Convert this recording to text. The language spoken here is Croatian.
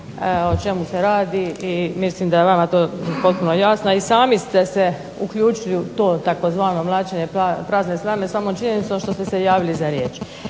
o čemu se radi i mislim da je vama to potpuno jasno. A i sami ste se uključili u to tzv. mlaćenje prazne slame samom činjenicom što ste se javili za riječ.